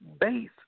base